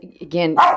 again